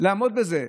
לעמוד בזה.